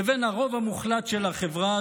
לבין הרוב המוחלט של החברה,